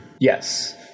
Yes